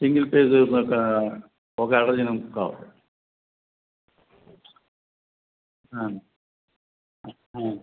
single page ఒక అర dozen books కావాలి ఆ ఆ